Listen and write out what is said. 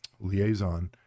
liaison